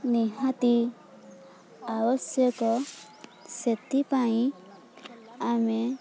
ନିହାତି ଆବଶ୍ୟକ ସେଥିପାଇଁ ଆମେ